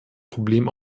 problem